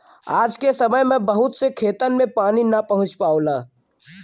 आज के समय में बहुत से खेतन में पानी ना पहुंच पावला